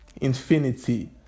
Infinity